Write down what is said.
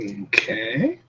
Okay